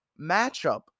matchup